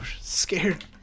scared